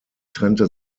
trennte